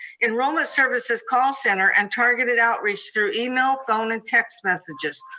enrollment services call center, and targeted outreach through email, phone, and text messages.